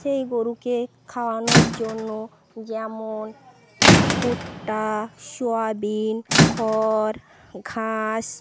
সেই গরুকে খাওয়ানোর জন্য যেমন ভুট্টা সয়াবিন খড় ঘাস